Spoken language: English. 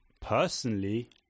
personally